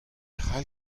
cʼhall